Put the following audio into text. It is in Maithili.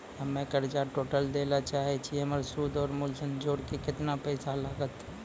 हम्मे कर्जा टोटल दे ला चाहे छी हमर सुद और मूलधन जोर के केतना पैसा लागत?